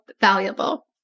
valuable